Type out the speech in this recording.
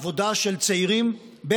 אני מדבר על העבודה של צעירים בחקלאות.